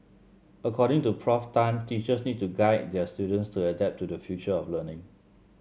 according to Prof Tan teachers need to guide their students to adapt to the future of learning